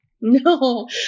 No